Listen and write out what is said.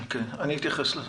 אוקיי, אני אתייחס לזה.